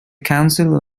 council